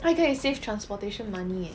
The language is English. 还可以 save transportation money eh